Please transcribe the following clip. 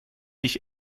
dich